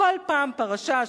כל פעם פרשה.